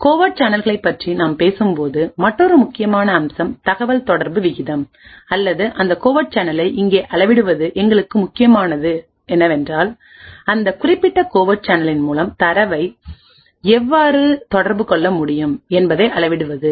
covert சேனல்களைப் பற்றி நாம் பேசும்போது மற்றொரு முக்கியமான அம்சம் தகவல்தொடர்பு வீதம் அல்லது அந்த கோவர்ட் சேனலை இங்கே அளவிடுவது எங்களுக்கு முக்கியமானது என்னவென்றால் அந்த குறிப்பிட்டகோவர்ட் சேனலின் மூலம் தரவை எவ்வாறு தொடர்பு கொள்ள முடியும் என்பதை அளவிடுவது